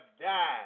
died